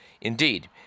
Indeed